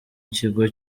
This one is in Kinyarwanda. ikigo